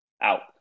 out